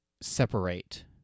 separate